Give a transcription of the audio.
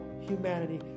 humanity